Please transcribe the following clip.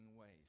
ways